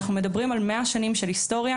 אנחנו מדברים על 100 שנים של היסטוריה,